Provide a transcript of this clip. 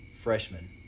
freshman